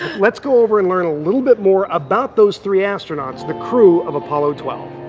let's go over and learn a little bit more about those three astronauts, the crew of apollo twelve.